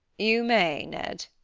you may, ned.